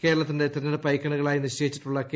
കേരളത്തിന്റെ തെരഞ്ഞെടുപ്പ് ഐക്കൊണുകളായി നിശ്ചയിച്ചിട്ടുള്ള ക്രൂക